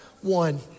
one